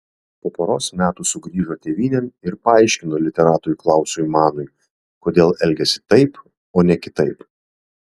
po poros metų sugrįžo tėvynėn ir paaiškino literatui klausui manui kodėl elgėsi taip o ne kitaip